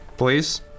Please